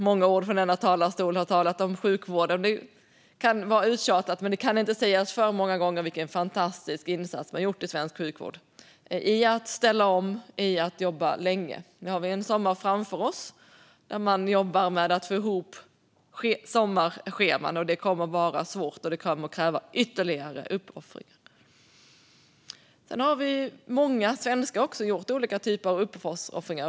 Många ord från denna talarstol har talat om sjukvården. Det kan vara uttjatat, men det kan inte sägas för många gånger vilken fantastisk insats man har gjort i svensk sjukvård i att ställa om och jobba länge. Nu har vi en sommar framför oss, och man jobbar med att få ihop sommarscheman. Det kommer att vara svårt, och det kommer att kräva ytterligare uppoffringar. Så har vi många svenskar som också har gjort många typer av uppoffringar.